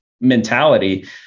mentality